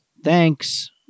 thanks